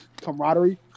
camaraderie